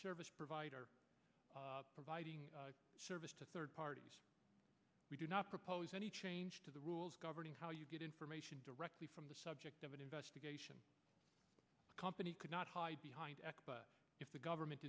service provider providing service to third parties we do not propose any change to the rules governing how you get information directly from the subject of an investigation the company could not hide behind if the government